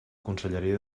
conselleria